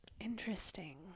Interesting